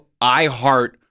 iHeart